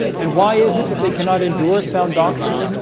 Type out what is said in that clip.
and why is it that they cannot endure sound doctrine?